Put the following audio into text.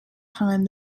time